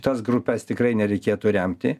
tas grupes tikrai nereikėtų remti